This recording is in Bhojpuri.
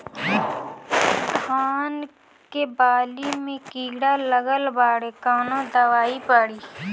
धान के बाली में कीड़ा लगल बाड़े कवन दवाई पड़ी?